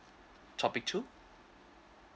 topic two